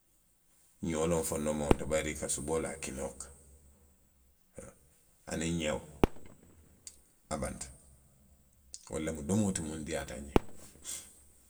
Nŋa wo loŋ nsondomoo to bayiri i ka suboo laa kinoo kaŋ aniŋ ňeo a banta. Wolu domoo ti minnu diiyaata nňe.